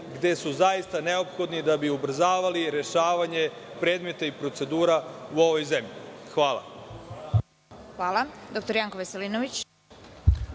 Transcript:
gde su zaista neophodni, da bi ubrzavali rešavanje predmeta i procedura u ovoj zemlji. Hvala. **Vesna Kovač** Reč ima dr Janko Veselinović.